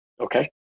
Okay